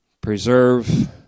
Preserve